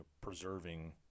preserving